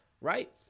right